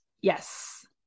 Yes